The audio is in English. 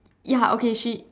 ya okay she